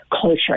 culture